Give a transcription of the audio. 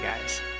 guys